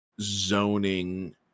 zoning